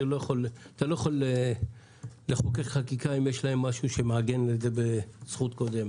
שאתה לא יכול לחוקק חקיקה אם יש משהו שמעגן את זה בזכות קודמת.